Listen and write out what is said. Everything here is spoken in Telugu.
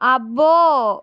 అబ్బో